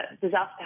disaster